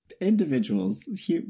Individuals